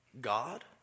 God